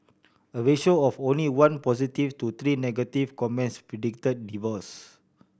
a ratio of only one positive to three negative comments predict divorce